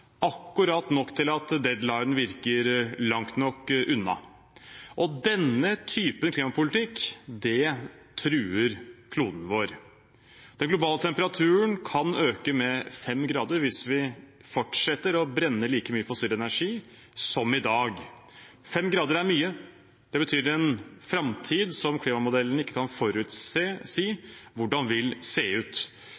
akkurat nok til at deadlinen virker langt nok unna. Denne typen klimapolitikk truer kloden vår. Den globale temperaturen kan øke med fem grader hvis vi fortsetter å brenne like mye fossil energi som i dag. Fem grader er mye. Det betyr en framtid som klimamodellene ikke kan